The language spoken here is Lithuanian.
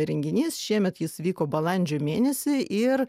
renginys šiemet jis vyko balandžio mėnesį ir